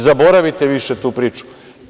Zaboravite više tu priču.